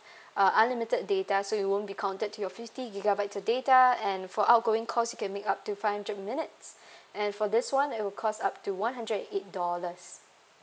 uh unlimited data so it won't be counted to your fifty gigabytes of data and for outgoing calls you can make up to five hundred minutes and for this one it will cost up to one hundred and eight dollars